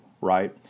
right